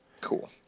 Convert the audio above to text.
Cool